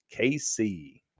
kc